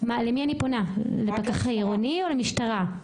למי אני פונה, לפקח העירוני או למשטרה?